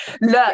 look